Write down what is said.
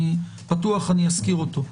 בטוח אזכיר אותו.